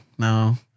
No